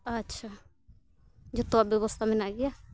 ᱟᱪᱪᱷᱟ ᱡᱷᱚᱛᱚᱣᱟᱜ ᱵᱮᱵᱚᱥᱛᱷᱟ ᱢᱮᱱᱟᱜ ᱜᱮᱭᱟ